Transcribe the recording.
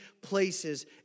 places